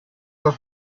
were